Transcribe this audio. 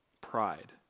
Pride